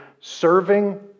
Serving